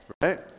Right